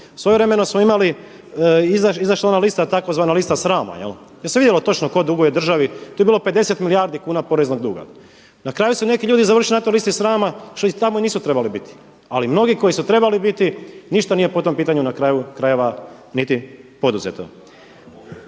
Svojevremeno smo imali, izašla je ona lista, tzv. lista srama gdje se vidjelo točno tko duguje državi. Tu je bilo 50 milijardi kuna poreznog duga. Na kraju su neki ljudi završili na toj listi srama što tamo nisu trebali biti ali mnogi koji su trebali biti ništa nije po tom pitanju na kraju, krajeva niti poduzeto.